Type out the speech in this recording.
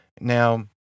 now